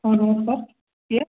ହଁ ନମସ୍କାର କିଏ